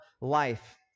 life